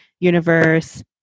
Universe